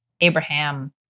Abraham